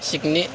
शिकणे